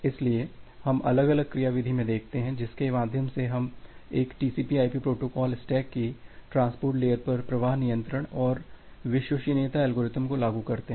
इसलिए हम अलग अलग क्रियाविधि में देखते हैं जिसके माध्यम से हम एक टीसीपी आईपी प्रोटोकॉल स्टैक की ट्रांसपोर्ट लेयर पर प्रवाह नियंत्रण और विश्वसनीयता एल्गोरिदम को लागू करते हैं